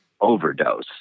overdose